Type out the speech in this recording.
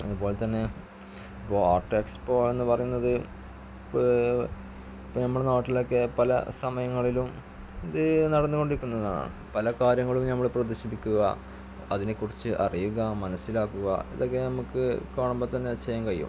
അതുപോലെത്തന്നെ വാട്ടർ എക്സ്പോയെന്നു പറയുന്നത് ഇപ്പോൾ നമ്മളുടെ നാട്ടിലൊക്കെ പല സമയങ്ങളിലും ഇതു നടന്ന് കൊണ്ടിക്കുന്നതാണ് പല കാര്യങ്ങളും ഞമ്മൾ പ്രദർശിപ്പിക്കുക അതിനെ കുറിച്ച് അറിയുക മനസ്സിലാക്കുക ഇതൊക്കെ ഞമ്മക്ക് കാണുമ്പോൾ തന്നെ ചെയ്യാൻ കയ്യും